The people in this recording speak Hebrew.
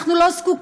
אנחנו לא זקוקים,